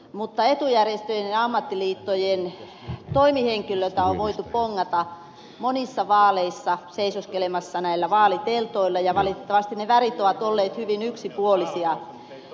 mutta etujärjestöjen ja ammattiliittojen toimihenkilöitä on voitu bongata monissa vaaleissa seisoskelemassa vaaliteltoilla ja valitettavasti ne värit ovat olleet hyvin yksipuolisia